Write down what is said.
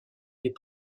les